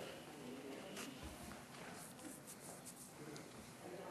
אדוני